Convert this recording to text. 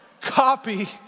copy